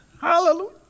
Hallelujah